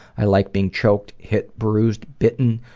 i like being choked, hit, bruised, bitten,